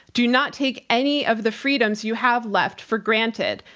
do not take any of the freedoms you have left for granted.